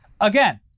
Again